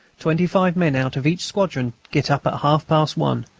twenty-five men out of each squadron get up at half-past one,